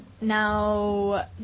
now